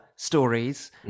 stories